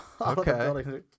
Okay